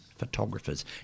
photographers